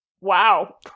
wow